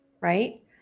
Right